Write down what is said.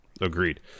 Agreed